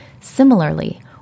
Similarly